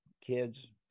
kids